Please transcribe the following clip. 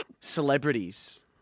Celebrities